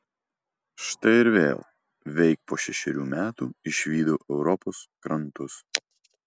štai ir vėl veik po šešerių metų išvydau europos krantus